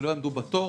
שלא יעמדו בתור.